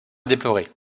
déplorer